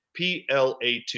PLA2